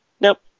Nope